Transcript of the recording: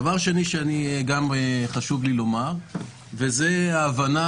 הדבר השני שגם חשוב לי לומר זו ההבנה